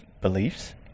beliefs